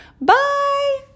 Bye